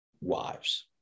wives